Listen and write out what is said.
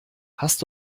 hast